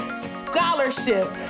Scholarship